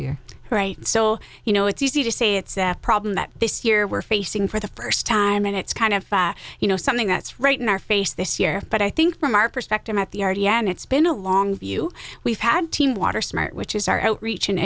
year right so you know it's easy to say it's that problem that this year we're facing for the first time and it's kind of you know something that's right in our face this year but i think from our perspective at the r d and it's been a long view we've had team water smart which is our outreach and